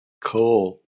Cool